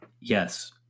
Yes